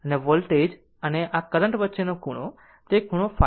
અને આ વોલ્ટેજ અને આ કરંટ વચ્ચેનો ખૂણો તે ખૂણો ϕ છે